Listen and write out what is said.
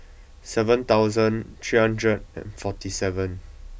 seven thousand three hundred and forty seven